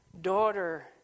daughter